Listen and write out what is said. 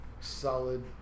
Solid